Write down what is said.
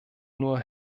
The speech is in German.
nur